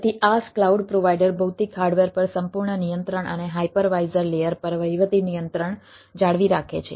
તેથી IaaS cloud provider ભૌતિક hardware પર સંપૂર્ણ નિયંત્રણ અને હાઇપરવાઇઝર લેયર પર વહીવટી નિયંત્રણ જાળવી રાખે છે